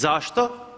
Zašto?